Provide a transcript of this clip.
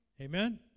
Amen